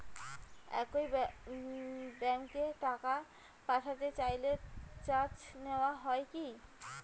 একই ব্যাংকে টাকা পাঠাতে চাইলে চার্জ নেওয়া হয় কি?